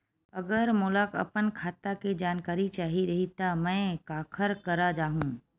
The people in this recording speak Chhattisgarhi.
अगर मोला अपन खाता के जानकारी चाही रहि त मैं काखर करा जाहु?